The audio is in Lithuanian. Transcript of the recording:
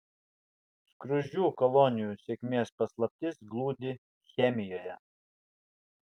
skruzdžių kolonijų sėkmės paslaptis glūdi chemijoje